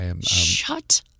Shut